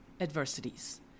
adversities